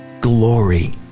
Glory